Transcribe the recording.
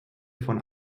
von